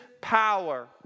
power